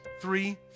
three